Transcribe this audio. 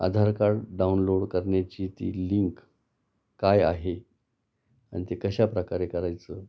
आधार card download करण्याची ती link काय आहे आणि ते कशाप्रकारे करायचं